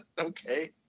Okay